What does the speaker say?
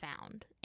found